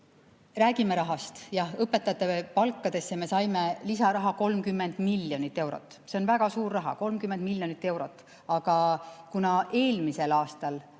Räägime rahast. Jah, õpetajate palkadeks me saime lisaraha 30 miljonit eurot. See on väga suur raha, 30 miljonit eurot. Aga kuna eelmisel aastal